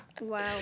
Wow